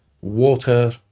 water